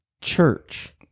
church